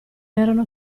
erano